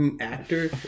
actor